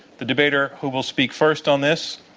the debater who will speak first on this,